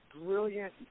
brilliant